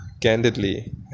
candidly